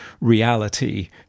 reality